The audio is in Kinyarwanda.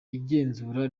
igenzura